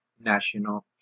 national